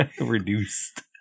Reduced